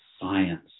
science